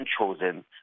chosen